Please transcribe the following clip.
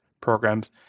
programs